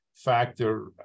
factor